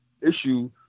issue